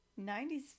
90s